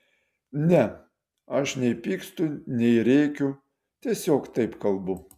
ne aš nei pykstu nei rėkiu tiesiog taip kalbu